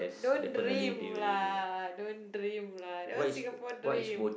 don't dream lah don't dream lah that one Singapore dream